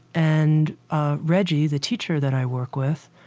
and ah reggie, the teacher that i work with,